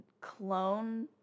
clone